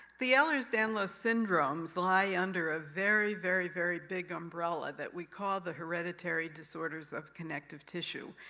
the ehlers-danlos syndromes lie under a very, very, very big umbrella that we call the hereditary disorders of connective tissue.